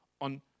on